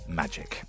magic